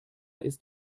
ist